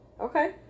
Okay